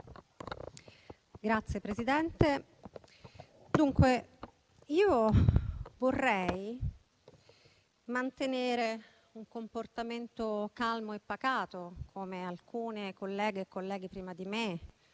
Signora Presidente, io vorrei mantenere un comportamento calmo e pacato, come alcune colleghe e colleghi prima di me